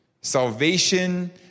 Salvation